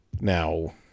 Now